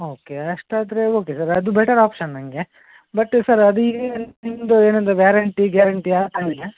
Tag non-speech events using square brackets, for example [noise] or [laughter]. okay ಅಷ್ಟಾದರೆ okay sir ಅದು better option ನನಗೆ ಬಟ್ಟು ಸರ್ ಅದು [unintelligible] ನಿಮ್ಮದು ಏನಂದರೆ ವ್ಯಾರೆಂಟಿ ಗ್ಯಾರೆಂಟಿಯ [unintelligible]